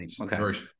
Okay